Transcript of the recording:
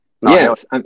yes